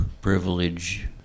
privilege